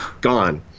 Gone